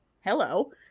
hello